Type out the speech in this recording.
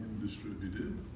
distributed